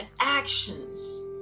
actions